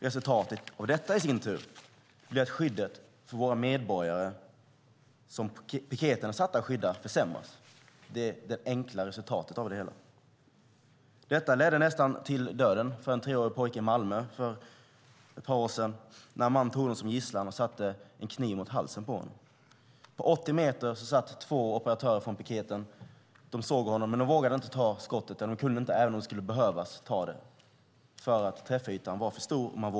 Resultatet av detta blir i sin tur att skyddet för våra medborgare, som piketen är satt att skydda, försämras. Det är det enkla resultatet av det hela. Detta ledde nästan till döden för en treårig pojke i Malmö för ett par år sedan när man tog honom som gisslan och satte en kniv mot halsen på honom. På 80 meters avstånd satt två operatörer från piketen. De såg honom, men vågade inte skjuta. Träffytan var för stor.